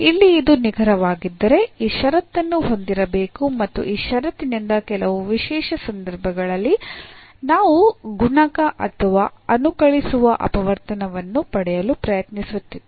ಇಲ್ಲಿ ಇದು ನಿಖರವಾಗಿದ್ದರೆ ಈ ಷರತ್ತುನ್ನು ಹೊಂದಿರಬೇಕು ಮತ್ತು ಈ ಷರತ್ತಿನಿಂದ ಕೆಲವು ವಿಶೇಷ ಸಂದರ್ಭಗಳಲ್ಲಿ ನಾವು ಗುಣಕ ಅಥವಾ ಅನುಕಲಿಸುವ ಅಪವರ್ತನವನ್ನು ಪಡೆಯಲು ಪ್ರಯತ್ನಿಸುತ್ತೇವೆ